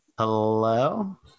Hello